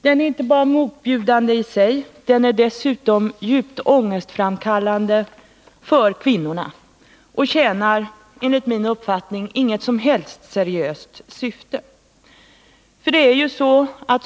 Den är inte bara motbjudande i sig — den är dessutom djupt ångestframkallande för kvinnorna och tjänar, enligt min mening, inget som helst seriöst syfte.